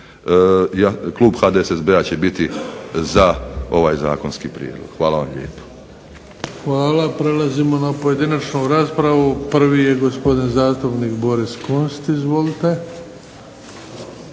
klub HDSSB-a će biti za ovaj zakonski prijedlog. Hvala vam lijepo. **Bebić, Luka (HDZ)** Hvala. Prelazimo na pojedinačnu raspravu. Prvi je gospodin zastupnik Boris Kunst, izvolite.